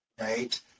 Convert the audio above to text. right